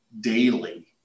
daily